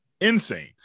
insane